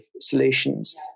solutions